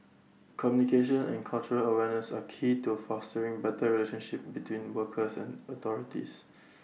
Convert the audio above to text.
communication and cultural awareness are key to fostering better relationship between workers and authorities